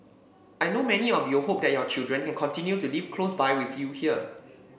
I know many of you hope that your children can continue to live close by with you here